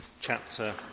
chapter